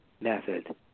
method